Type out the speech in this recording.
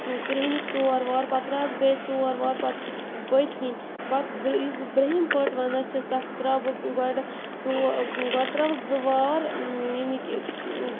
کرہنِکۍ ژور وار پَتہٕ تراوَس بیٚیہِ ژور وار پَتہٕ پٔتۍ کِن پَتہٕ بر یُس بہٕ بروٚہِم پٔٹ وَنا چھَس تتھ تراو بہٕ گۄڈٕ ژو گۄڈٕ تراوَس زٕ وار ییٚمِکۍ